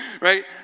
right